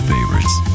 Favorites